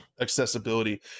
accessibility